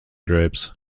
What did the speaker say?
groups